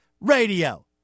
Radio